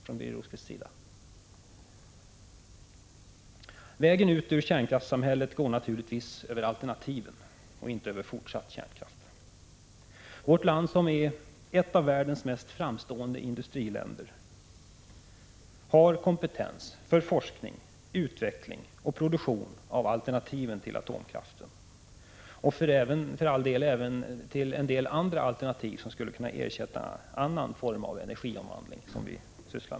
Vägen ut ur kärnkraftssamhället går naturligtvis över alternativen — inte över fortsatt kärnkraft. Vårt land, som är ett av världens mest framstående industriländer, har kompetens för forskning, utveckling och produktion av alternativ till atomkraften och för all del även av andra alternativ, som skulle kunna ersätta annan form av energiomvandling.